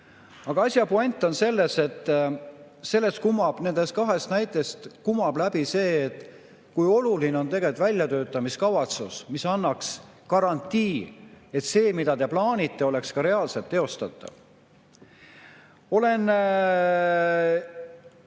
Aga asja puänt on selles, et nendest kahest näitest kumab läbi see, kui oluline on tegelikult väljatöötamiskavatsus, mis annaks garantii, et see, mida te plaanite, oleks ka reaalselt teostatav. Olen